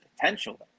potential